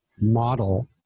model